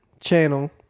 channel